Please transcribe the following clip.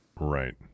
Right